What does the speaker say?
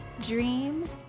Dream